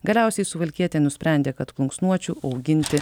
galiausiai suvalkietė nusprendė kad plunksnuočių auginti